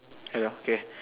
hello okay